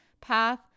path